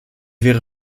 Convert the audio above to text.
wäre